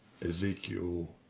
Ezekiel